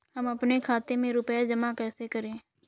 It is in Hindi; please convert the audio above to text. हम अपने खाते में रुपए जमा कैसे करें?